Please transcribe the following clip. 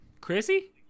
Chrissy